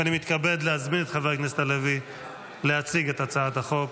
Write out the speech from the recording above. ואני מתכבד להזמין את חבר הכנסת הלוי להציג את הצעת החוק.